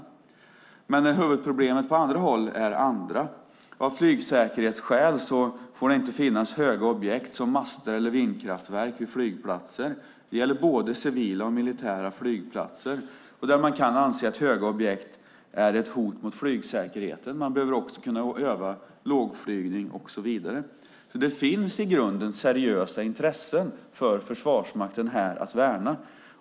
Men det finns andra huvudproblem på andra håll. Av flygsäkerhetsskäl får det inte finnas höga objekt som master eller vindkraftverk vid flygplatser. Det gäller både civila och militära flygplatser där man kan anse att höga objekt är ett hot mot flygsäkerheten. Man behöver också kunna öva lågflygning och så vidare. Här finns alltså i grunden seriösa intressen för Försvarsmakten att värna.